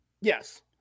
Yes